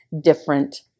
different